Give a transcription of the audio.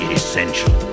essential